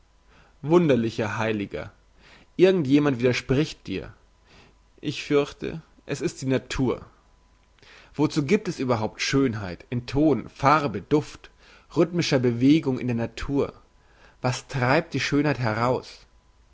wunderlicher heiliger irgend jemand widerspricht dir ich fürchte es ist die natur wozu giebt es überhaupt schönheit in ton farbe duft rhythmischer bewegung in der natur was treibt die schönheit heraus